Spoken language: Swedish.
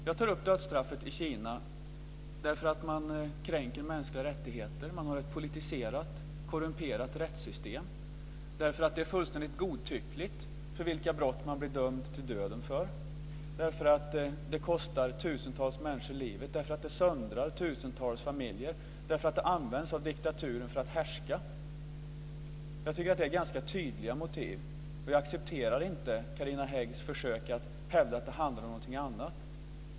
Jag tar upp dödsstraffet i Kina därför att man kränker mänskliga rättigheter och har ett politiserat, korrumperat rättssystem, därför att det är fullständigt godtyckligt vilka brott man blir dömd till döden för, därför att det kostar tusentals människor livet, därför att det söndrar tusentals familjer och därför att det används av diktaturen för att härska. Jag tycker att det är ganska tydliga motiv. Jag accepterar inte Carina Häggs försök att hävda att det handlar om någonting annat.